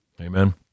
Amen